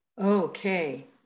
Okay